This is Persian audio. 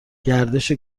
گردش